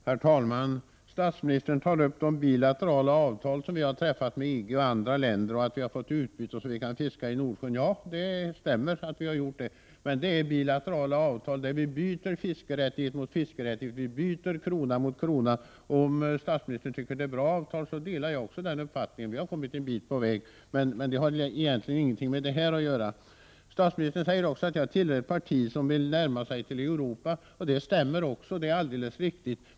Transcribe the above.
Herr talman! Statsministern tar upp de bilaterala avtal som vi har träffat med EG och andra länder och framhåller att vi har gjort sådana byten att vi kan fiska i Nordsjön. Ja, det stämmer, men det är då fråga om bilaterala avtal där vi bytt fiskerätt mot fiskerätt och krona mot krona. Om statsministern tycker att det är bra, delar jag hans uppfattning. Vi har kommit ett stycke på väg, men det har egentligen ingenting att göra med dessa frågor. Statsministern säger också att jag tillhör ett parti som vill närma sig Europa, och det är alldeles riktigt.